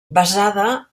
basada